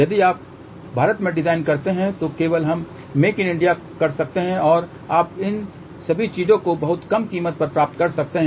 यदि आप भारत में डिजाइन करते हैं तो केवल हम मेक इन इंडिया कर सकते हैं और आप इन सभी चीजों को बहुत कम कीमत पर प्राप्त कर सकते हैं